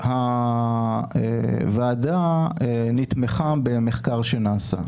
הוועדה נתמכה במחקר שנעשה,